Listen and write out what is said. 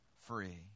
free